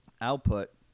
output